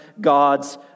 God's